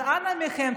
אז אנא מכם,